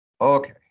Okay